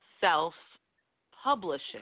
Self-publishing